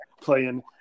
playing